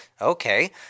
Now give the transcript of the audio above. Okay